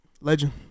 Legend